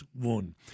one